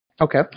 Okay